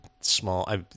small